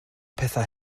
pethau